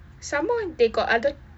some more they got other